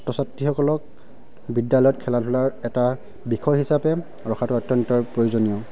ছাত্ৰ ছাত্ৰীসকলক বিদ্যালয়ত খেলা ধূলাৰ এটা বিষয় হিচাপে ৰখাটো অত্যন্ত প্ৰয়োজনীয়